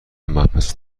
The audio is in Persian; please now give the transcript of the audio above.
مبحث